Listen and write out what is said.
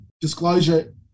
disclosure